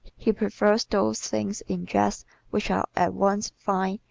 he prefers those things in dress which are at once fine,